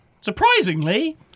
surprisingly